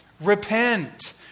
Repent